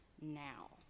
now